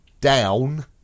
down